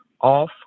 off